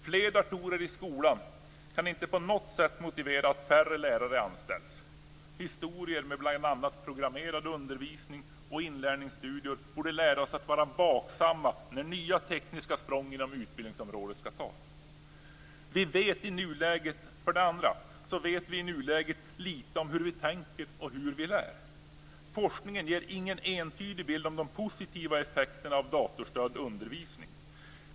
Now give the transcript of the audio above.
Fler datorer i skolan kan inte på något sätt motivera att färre lärare anställs. Historien med bl.a. programmerad undervisning och inlärningsstudior borde lära oss att vara vaksamma när nya "tekniska språng" inom utbildningsområdet skall tas. För det andra: Vi vet i nuläget lite om hur vi tänker och hur vi lär. Forskningen ger ingen entydig bild om de positiva effekterna av datorstödd undervisning.